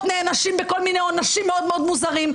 נענשים בכל מיני עונשים מאוד מאוד מוזרים,